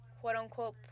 quote-unquote